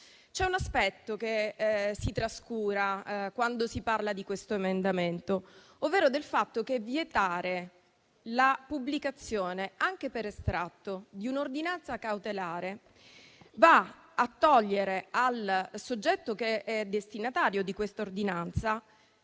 C'è un aspetto che si trascura quando si parla di questo emendamento, ovvero il fatto che vietare la pubblicazione, anche per estratto, di un'ordinanza cautelare va a togliere al soggetto destinatario di tale ordinanza